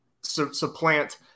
supplant